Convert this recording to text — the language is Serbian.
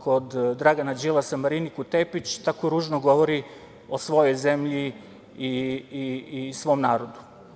kod Dragana Đilasa, Mariniku Tepić, tako ružno govori o svojoj zemlji i svom narodu.